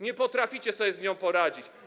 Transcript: Nie potraficie sobie z nią poradzić.